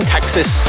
Texas